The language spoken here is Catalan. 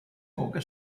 coca